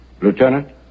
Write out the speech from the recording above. Lieutenant